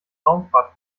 raumfahrt